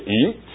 eat